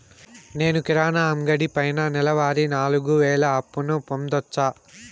నేను కిరాణా అంగడి పైన నెలవారి నాలుగు వేలు అప్పును పొందొచ్చా?